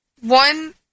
one